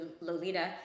Lolita